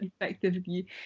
effectively